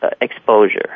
exposure